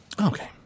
Okay